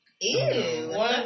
Ew